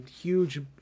huge